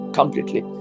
completely